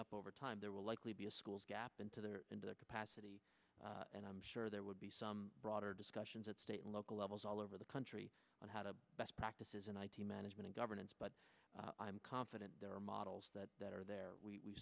up over time there will likely be a school's gap into the into the capacity and i'm sure there will be some broader discussions at state and local levels all over the country on how to best practices and i t management governance but i'm confident there are models that are there we